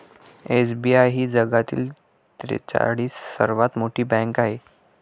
SBI ही जगातील त्रेचाळीस सर्वात मोठी बँक आहे